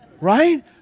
Right